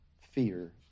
fear